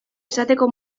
izateko